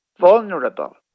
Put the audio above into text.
Vulnerable